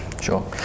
sure